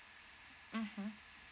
mmhmm